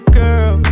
girl